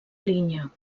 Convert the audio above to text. linya